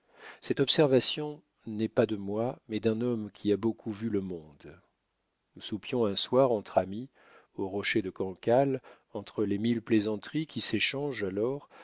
cette observation n'est pas de moi mais d'un homme qui a beaucoup vu le monde nous soupions un soir entre amis au rocher de cancale entre les mille plaisanteries qui s'échangent alors